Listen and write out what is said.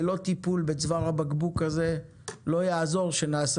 ללא טיפול בצוואר הבקבוק הזה לא יעזור שנעשה